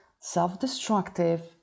self-destructive